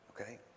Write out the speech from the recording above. Okay